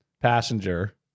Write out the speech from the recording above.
passenger